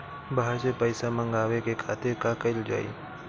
बाहर से पइसा मंगावे के खातिर का कइल जाइ?